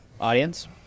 audience